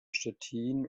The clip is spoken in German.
stettin